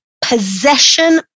possession